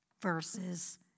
Verses